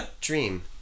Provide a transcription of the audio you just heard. Dream